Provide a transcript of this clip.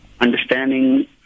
Understanding